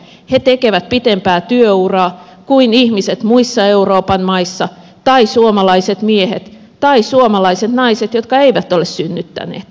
he tekevät pitempää työuraa kuin ihmiset muissa euroopan maissa tai suomalaiset miehet tai suomalaiset naiset jotka eivät ole synnyttäneet